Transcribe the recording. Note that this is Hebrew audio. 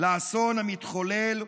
לאסון המתחולל ופוגע,